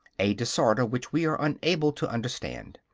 a disorder which we are unable to understand.